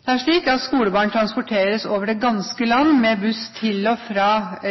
Det er slik at skolebarn transporteres over det ganske land med buss til og fra